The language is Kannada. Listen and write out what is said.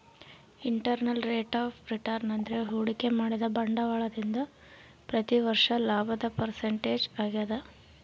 ಇಂಟರ್ನಲ್ ರೇಟ್ ಆಫ್ ರಿಟರ್ನ್ ಅಂದ್ರೆ ಹೂಡಿಕೆ ಮಾಡಿದ ಬಂಡವಾಳದಿಂದ ಪ್ರತಿ ವರ್ಷ ಲಾಭದ ಪರ್ಸೆಂಟೇಜ್ ಆಗದ